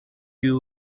you